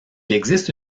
existe